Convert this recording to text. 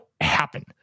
happen